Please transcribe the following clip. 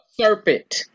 Serpent